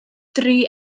dri